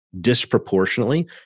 disproportionately